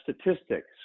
statistics